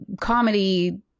comedy